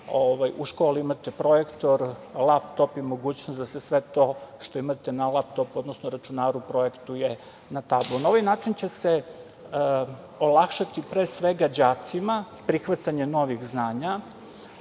u školi imate projektor, laptop i mogućnost da se sve to što imate na laptopu, odnosno računaru projektuje na tabli. Na ovaj način će se olakšati, pre svega, đacima prihvatanje novih znanja.